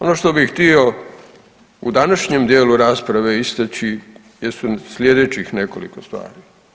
Ono što bih htio u današnjem dijelu rasprave istaći jesu slijedećih nekoliko stvari.